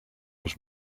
was